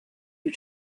you